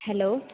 hello